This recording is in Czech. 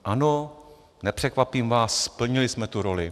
Ano, nepřekvapím vás, splnili jsme tu roli.